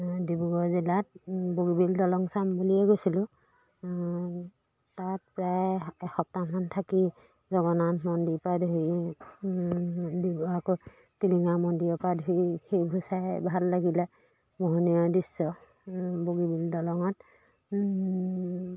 ডিব্ৰুগড় জিলাত বগীবিল দলং চাম বুলিয়ে গৈছিলোঁ তাত প্ৰায় এসপ্তাহমান থাকি জগন্নাথ মন্দিৰ পৰা ধৰি ডিব্ৰুগড় টিলিঙা মন্দিৰৰ পৰা ধৰি সেইবোৰ চাই ভাল লাগিলে মোহনীয় দৃশ্য বগীবিল দলঙত